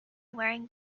wearing